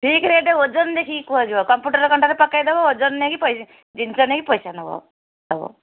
ଠିକ୍ ରେଟ୍ ଓଜନ ଦେଖିକି କୁହାଯିବ କମ୍ପ୍ୟୁଟର କଣ୍ଟାରେ ପକାଇ ଦେବ ଓଜନ ନେଇକି ଜିନିଷ ନେଇକି ପଇସା ନେବ ଦେବ